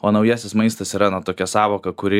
o naujasis maistas yra na tokia sąvoka kuri